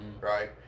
right